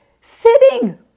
sitting